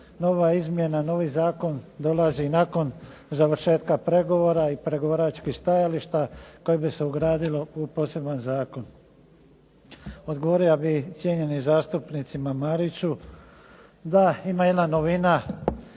nova izmjena, novi zakon dolazi nakon završetka pregovora i pregovaračkih stajališta koje bi se ugradilo u poseban zakon. Odgovorio bih cijenjenom zastupniku Mariću da ima jedna novina,